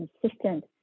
consistent